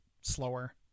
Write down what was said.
slower